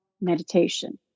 meditation